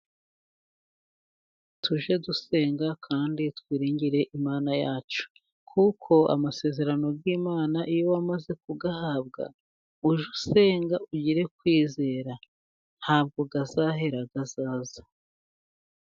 Tujye dusenga kandi twiringire Imana yacu, kuko amasezerano y'Imana iyo wamaze kuyahabwa ujye usenga ugire kwizera ntabwo azahera azaza.